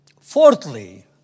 Fourthly